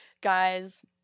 guys